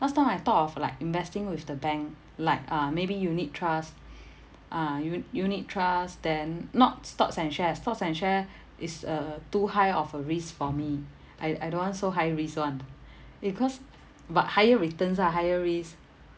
last time I thought of like investing with the bank like uh maybe unit trust ah u~ unit trust then not stocks and shares stocks and share is uh too high of a risk for me I I don't want so high risk [one] because but higher returns ah higher risk